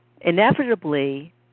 inevitably